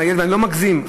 ואני לא מגזים,